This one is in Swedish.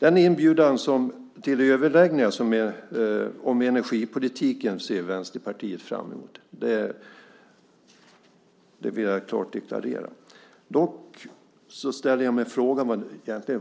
Vänsterpartiet ser fram emot de överläggningar om energipolitiken som det har kommit en inbjudan till. Det vill jag klart deklarera. Jag ställer mig dock frågan